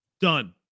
Done